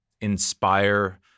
inspire